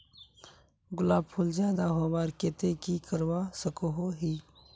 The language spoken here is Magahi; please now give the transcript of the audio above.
गुलाब फूल ज्यादा होबार केते की करवा सकोहो ही?